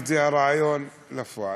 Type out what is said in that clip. הרעיון הזה לפועל.